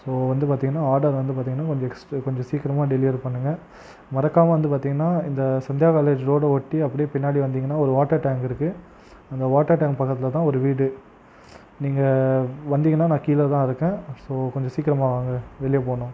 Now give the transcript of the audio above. so வந்து பார்த்தீங்கனா order வந்து பார்த்தீங்கனா கொஞ்சம் எக்ஸ்ட் கொஞ்சம் சீக்கிரமாக டெலிவர் பண்ணுங்கள் மறக்காமல் வந்து பார்த்தீங்கனா இந்த சந்தியா காலேஜ் ரோடை ஒட்டி அப்படியே பின்னாடி வந்தீங்கனால் ஒரு வாட்டர் டேங்க் இருக்குது அந்த வாட்டர் டேங்க் பக்கத்தில் தான் ஒரு வீடு நீங்கள் வந்தீங்கனால் நான் கீழே தான் இருக்கேன் ஸோ கொஞ்சம் சீக்கிரமாக வாங்க வெளியே போகணும்